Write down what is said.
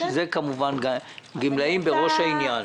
וכמובן הגמלאים בראש העניין.